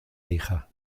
hija